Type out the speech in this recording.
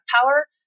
power